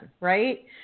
right